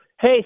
hey